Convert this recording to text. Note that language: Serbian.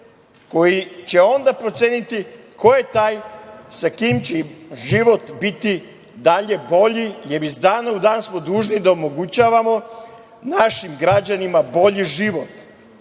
koji će onda proceniti ko je taj sa kim će život biti dalje bolji, jer iz dana u dan smo dužni da omogućavamo našim građanima bolji život,